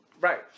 Right